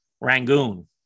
rangoon